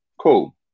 cool